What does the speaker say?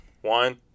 One